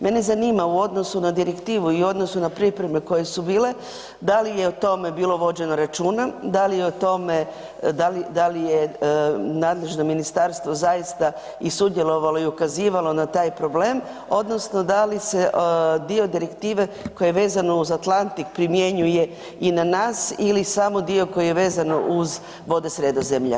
Mene zanima u odnosu na direktivu i u odnosu na pripreme koje su bile, da li je o tome bilo vođeno računa, da li je o tome, da li, da li je nadležno ministarstvo zaista i sudjelovalo i ukazivalo na taj problem odnosno da li se dio direktive koji je vezan uz Atlantik primjenjuje i na nas ili samo dio koji je vezano uz vode Sredozemlja?